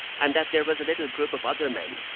and that there was a little group of other men,